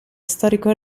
storico